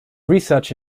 research